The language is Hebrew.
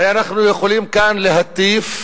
הרי אנחנו יכולים כאן להטיף